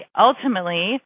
ultimately